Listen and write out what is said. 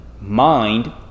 mind